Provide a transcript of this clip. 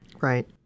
right